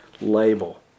label